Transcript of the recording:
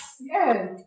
Yes